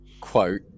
quote